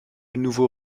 nouveau